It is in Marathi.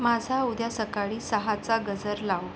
माझा उद्या सकाळी सहाचा गजर लाव